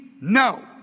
no